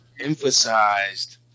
emphasized